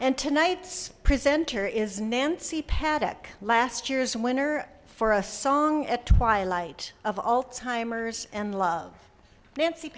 and tonight's presenter is nancy paddock last year's winner for a song at twilight of all timers and love nancy